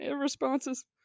responses